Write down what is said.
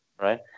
right